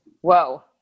Whoa